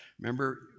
Remember